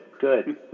good